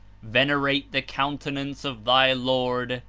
venerate the coun tenance of thy lord,